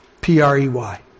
P-R-E-Y